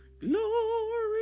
Glory